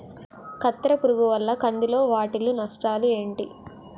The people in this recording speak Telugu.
కత్తెర పురుగు వల్ల కంది లో వాటిల్ల నష్టాలు ఏంటి